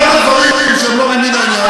אמרת דברים שהם לא ממין העניין,